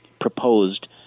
proposed